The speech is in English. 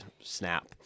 snap